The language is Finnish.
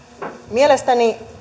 mielestäni